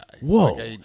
Whoa